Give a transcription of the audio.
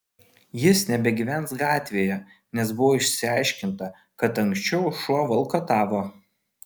jis nebegyvens gatvėje nes buvo išsiaiškinta kad anksčiau šuo valkatavo